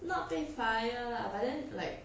not 被 fire lah then like